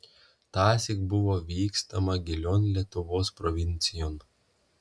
tąsyk buvo vykstama gilion lietuvos provincijon